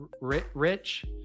Rich